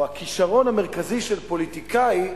או הכשרון המרכזי של פוליטיקאי,